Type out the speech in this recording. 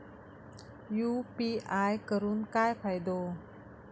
UPI करून काय फायदो?